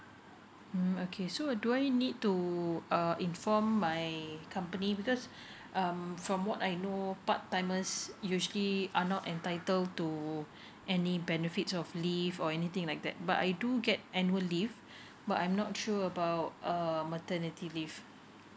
mm okay so do I need to uh inform my company because um from what I know part timers usually are not entitled to any benefits of leave or anything like that but I do get annual leave but I'm not sure about err maternity leave